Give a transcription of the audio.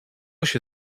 się